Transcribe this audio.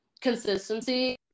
consistency